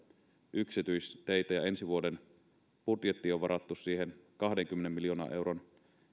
yksityisteitä ja ensi vuoden budjettiin on varattu siihen kahdenkymmenen miljoonan euron